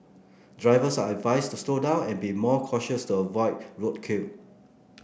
drivers are advised to slow down and be more cautious to avoid roadkill